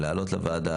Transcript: לעלות לוועדה,